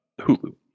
Hulu